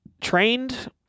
trained